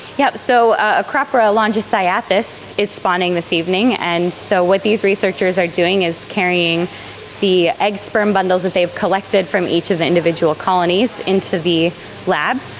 yeah so ah acropora longicyathus is spawning this evening, and so what these researchers are doing is carrying the egg sperm bundles that they've collected from each of the individual colonies into the lab,